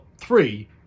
three